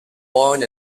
born